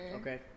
Okay